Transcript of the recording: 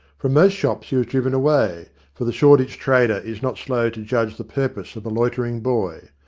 from most shops he was driven away, for the shoreditch trader is not slow to judge the purpose of a loiter ing boy.